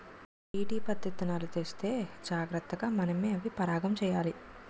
BT పత్తిత్తనాలు తెత్తే జాగ్రతగా మనమే అవి పరాగం చెయ్యాలి